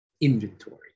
inventory